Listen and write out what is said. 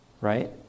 Right